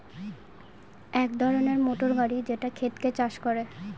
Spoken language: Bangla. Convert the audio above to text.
এক ধরনের মোটর গাড়ি যেটা ক্ষেতকে চাষ করে